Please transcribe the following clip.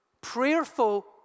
prayerful